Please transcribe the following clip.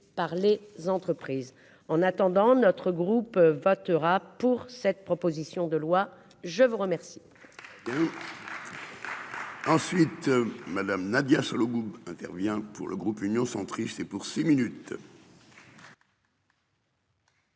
par les entreprises. En attendant, notre groupe votera pour cette proposition de loi. Je vous remercie.